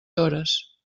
hores